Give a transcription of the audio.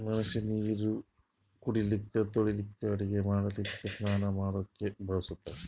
ಮನಷ್ಯಾ ನೀರು ಕುಡಿಲಿಕ್ಕ ತೊಳಿಲಿಕ್ಕ ಅಡಗಿ ಮಾಡ್ಲಕ್ಕ ಸ್ನಾನಾ ಮಾಡ್ಲಕ್ಕ ಬಳಸ್ತಾನ್